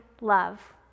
love